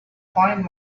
fine